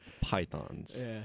pythons